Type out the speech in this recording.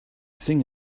thing